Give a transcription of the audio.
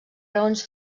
raons